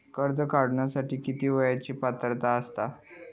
कर्ज काढूसाठी किती वयाची पात्रता असता?